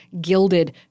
gilded